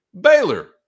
Baylor